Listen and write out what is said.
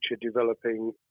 developing